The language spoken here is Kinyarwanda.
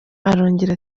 arongera